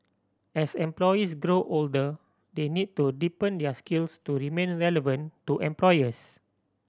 as employees grow older they need to deepen their skills to remain relevant to employers